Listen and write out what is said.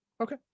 Okay